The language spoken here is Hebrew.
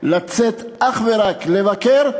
לצאת אך ורק כדי לבקר.